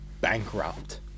Bankrupt